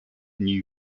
new